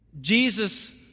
Jesus